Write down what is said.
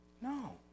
No